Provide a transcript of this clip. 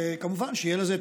וכמובן שיהיה לזה,